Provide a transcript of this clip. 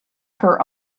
her